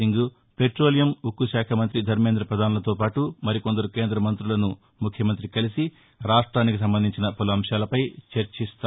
Singh petroleum ఉక్కు శాఖ మంతి ధర్నేంద్ర ప్రదాన్లతో పాటు మరికొందరు కేంద్ర మంత్రులను ముఖ్యమంతి కలిసి రాష్ట్రానికి సంబంధించిన పలు అంశాలపై చర్చిస్తారు